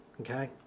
okay